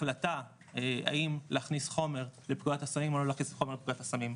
החלטה האם להכניס חומר לפקודת הסמים או לא להכניס חומר לפקודת הסמים,